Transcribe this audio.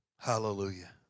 Hallelujah